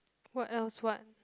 what else what